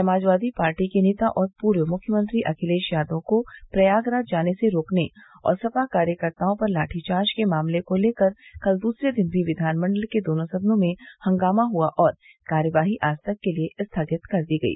Samajwadi party के नेता और पूर्व मृख्यमंत्री अखिलेश यादव को प्रयागराज जाने से रोकने और सपा कार्यकर्ताओं पर लाठी चार्ज के मामले को लेकर कल दूसरे दिन भी विधानमंडल के दोनों सदनों में हंगामा हुआ और कार्यवाही आज तक के लिये स्थगित कर दी गई